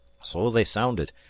so they sounded,